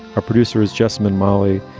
our producer is jesmond mali.